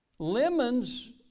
Lemons